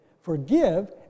Forgive